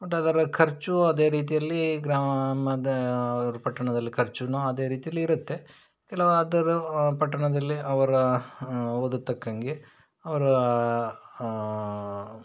ಮತ್ತು ಅದರ ಖರ್ಚು ಅದೇ ರೀತಿಯಲ್ಲಿ ಗ್ರಾಮದ ಪಟ್ಟಣದಲ್ಲಿ ಖರ್ಚೂ ಅದೇ ರೀತಿಯಲ್ಲಿ ಇರುತ್ತೆ ಕೆಲವು ಆ ತರಹ ಪಟ್ಟಣದಲ್ಲಿ ಅವರ ಓದಿಗ್ ತಕ್ಕಂಗೆ ಅವರ